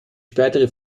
spätere